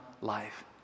life